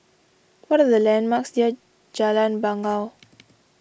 what are the landmarks near Jalan Bangau